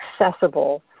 accessible